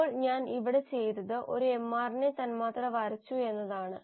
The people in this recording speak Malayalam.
അപ്പോൾ ഞാൻ ഇവിടെ ചെയ്തത് ഒരു mRNA തന്മാത്ര വരച്ചു എന്നതാണ്